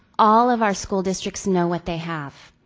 all of our school districts know what they have.